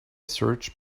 search